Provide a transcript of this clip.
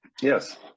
yes